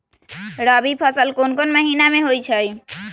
रबी फसल कोंन कोंन महिना में होइ छइ?